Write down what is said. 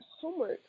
homework